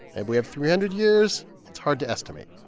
and we have three hundred years. it's hard to estimate.